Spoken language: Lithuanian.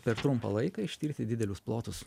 per trumpą laiką ištirti didelius plotus